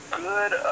good